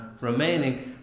remaining